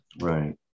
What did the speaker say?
right